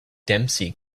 dempsey